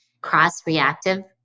cross-reactive